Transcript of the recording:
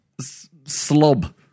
Slob